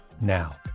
now